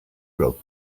wrote